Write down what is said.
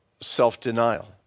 self-denial